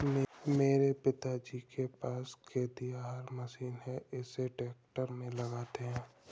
मेरे पिताजी के पास खेतिहर मशीन है इसे ट्रैक्टर में लगाते है